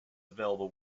available